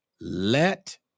let